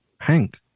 Hank